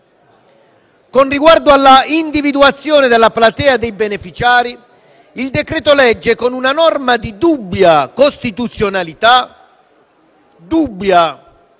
Con riguardo all'individuazione della platea dei beneficiari, il decreto-legge, con una norma di dubbia costituzionalità - lo voglio